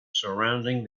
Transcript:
surrounding